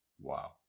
Wow